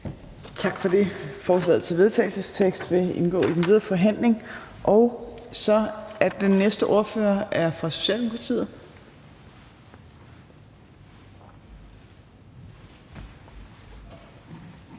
Tak for det. Forslaget til vedtagelse vil indgå i den videre forhandling. Den næste ordfører er fra Socialdemokratiet.